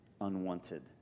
unwanted